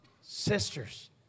sisters